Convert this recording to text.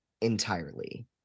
entirely